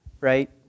right